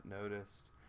noticed